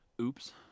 Oops